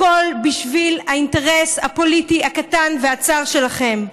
הכול בשביל האינטרס הפוליטי הקטן והצר שלכם.